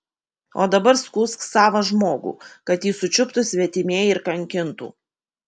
o dabar skųsk savą žmogų kad jį sučiuptų svetimieji ir kankintų